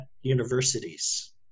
universities